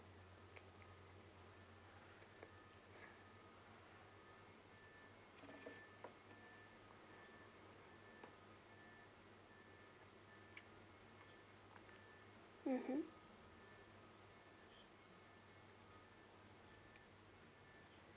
mmhmm